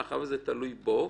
מאחר וזה תלוי בו,